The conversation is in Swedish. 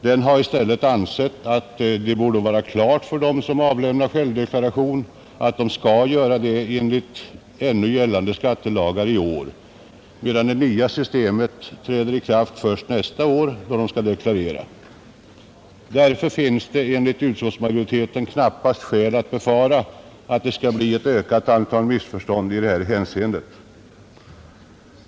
Utskottsmajoriteten anser att det borde vara klart för dem som i år avlämnar självdeklaration, att de skall göra det enligt ännu gällande äldre skattelagar, medan det nya systemet träder i kraft först nästa år. Därför finns det enligt utskottsmajoriteten knappast skäl att befara att det skall bli ett ökat antal missförstånd i detta hänseende.